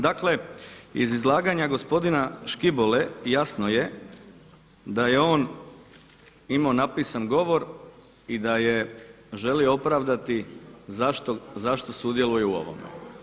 Dakle, iz izlaganja gospodina Škibole jasno je da je on imao napisan govor i da je želio opravdati zašto sudjeluje u ovome.